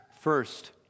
First